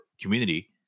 community